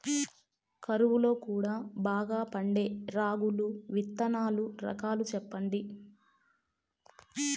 కరువు లో కూడా బాగా పండే రాగులు విత్తనాలు రకాలు చెప్పండి?